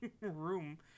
room